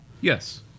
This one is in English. Yes